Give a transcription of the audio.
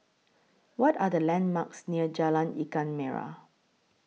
What Are The landmarks near Jalan Ikan Merah